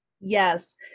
Yes